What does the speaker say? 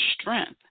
strength